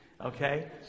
okay